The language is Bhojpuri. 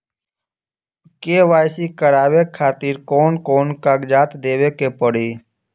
के.वाइ.सी करवावे खातिर कौन कौन कागजात देवे के पड़ी?